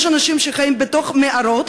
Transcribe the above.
יש אנשים שחיים בתוך מערות.